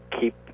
keep